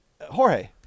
Jorge